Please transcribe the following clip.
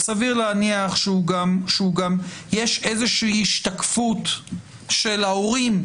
סביר להניח שיש איזה השתקפות של ההורים,